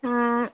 ಆಂ